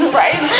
right